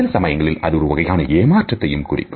சில சமயங்களில் அது ஒரு வகையான ஏமாற்றத்தை குறிக்கும்